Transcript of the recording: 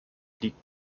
liegt